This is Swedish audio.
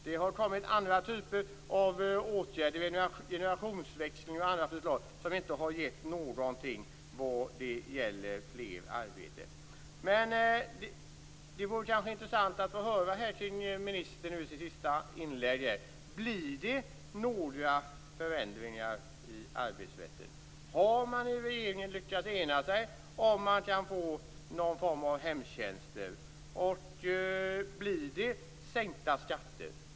Det har däremot kommit andra typer av åtgärder - generationsväxlingen och andra förslag - som inte gett någonting vad gäller att få fler arbeten. Det vore nog intressant att av ministern i hans sista inlägg få höra om det blir några förändringar i arbetsrätten. Har man i regeringen lyckats enas om någon form av hemtjänster? Och blir det sänkta skatter?